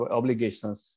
obligations